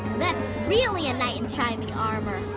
really a knight in shining armor.